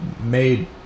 made